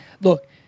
look